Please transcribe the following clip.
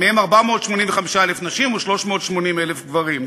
מהם 485,000 נשים ו-380,000 גברים,